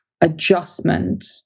adjustment